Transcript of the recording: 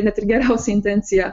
net ir geriausią intenciją